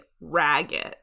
ragged